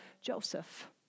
Joseph